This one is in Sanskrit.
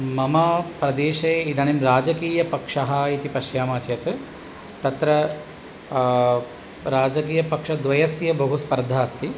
मम प्रदेशे इदानीं राजकीयपक्षः इति पश्यामः चेत् तत्र राजकीयपक्षद्वयस्य बहुस्पर्धा अस्ति